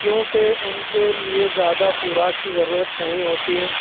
کیونکہ ان کے لیے زیادہ خوراک کی ضرورت نہیں ہوتی